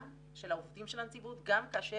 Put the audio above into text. גם של העובדים של הנציבות גם כאשר